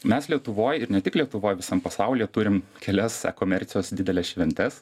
mes lietuvoj ir ne tik lietuvoj visam pasaulyje turim kelias komercijos dideles šventes